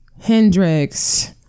Hendrix